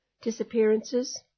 disappearances